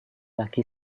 laki